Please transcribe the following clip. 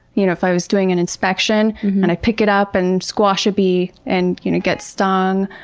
you know if i was doing an inspection and i pick it up and squash a bee and you know, get stung.